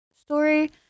story